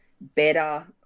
better